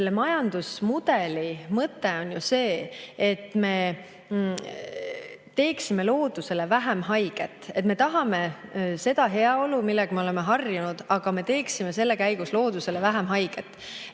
Selle majandusmudeli mõte on ju see, et me teeksime loodusele vähem haiget. Me tahame seda heaolu, millega me oleme harjunud, aga me teeksime selle [saavutamise] käigus loodusele vähem haiget,